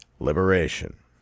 Liberation